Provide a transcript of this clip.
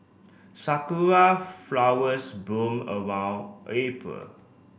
Sakura flowers bloom around April